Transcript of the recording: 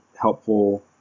helpful